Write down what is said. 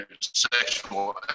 sexual